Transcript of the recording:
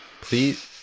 Please